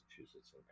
massachusetts